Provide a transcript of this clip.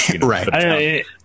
Right